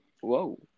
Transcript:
Whoa